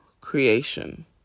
creation